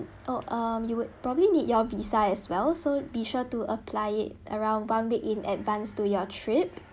oh um you would probably need your visa as well so be sure to apply it around one week in advance to your trip